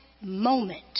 moment